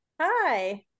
Hi